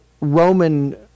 Roman